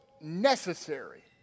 necessary